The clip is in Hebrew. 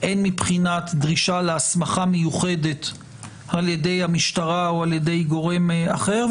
הן מבחינת דרישה להסמכה מיוחדת ע"י המשטרה או ע"י גורם אחר,